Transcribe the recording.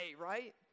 right